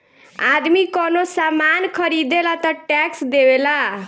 आदमी कवनो सामान ख़रीदेला तऽ टैक्स देवेला